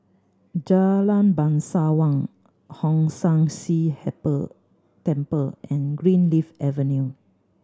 Jalan Bangsawan Hong San See Temple and Greenleaf Avenue